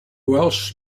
welsh